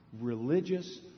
religious